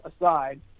aside